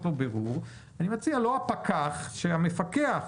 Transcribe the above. לו בירור והוא מציע שלא הפקח אלא שהמפקח